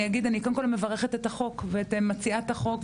אני מברכת את החוק ואת מציעת החוק,